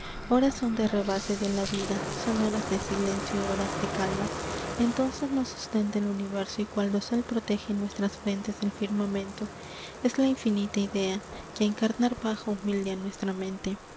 horas son de rebase de la vida son horas de silencio horas de calma entonces nos sustenta el universo y cual dosel protege nuestras frentes el firmamento es la infinita idea que a encarnar baja humilde a nuestra mente